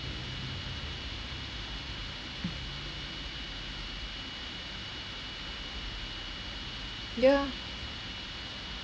ya